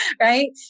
Right